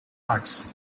arts